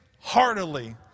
heartily